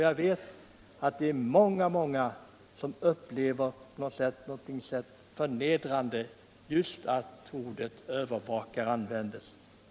Jag vet att många, många upplever det som på något sätt förnedrande att ordet övervakare används.